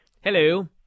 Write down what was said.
Hello